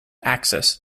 access